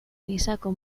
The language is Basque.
gisako